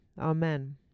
Amen